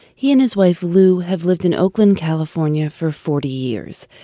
he and his wife lu have lived in oakland, california for forty years.